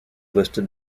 listed